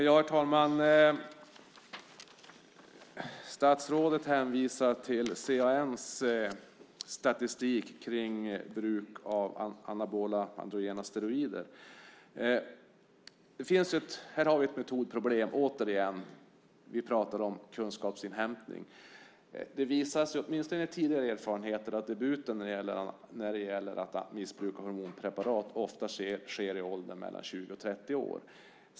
Herr talman! Statsrådet hänvisar till CAN:s statistik kring bruk av anabola androgena steroider. Här har vi ett metodproblem åter igen. Vi pratade om kunskapsinhämtning. Det visas, åtminstone i tidigare erfarenheter, att debuten när det gäller missbruk av hormonpreparat ofta sker i åldern mellan 20 och 30 år.